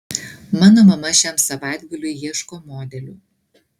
mano mama šiam savaitgaliui ieško modelių